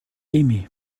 aimé